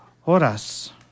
Horas